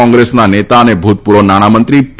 કોંગ્રેસના નેતા અને ભૂતપૂર્વ નાણામંત્રી પી